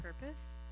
purpose